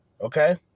Okay